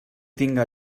tinga